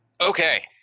Okay